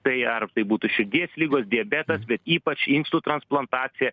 tai ar tai būtų širdies ligos diabetas bet ypač inkstų transplantacija